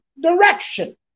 direction